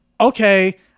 okay